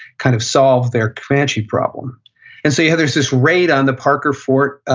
kind of solve their comanche problem and so yeah there's this raid on the parker fort,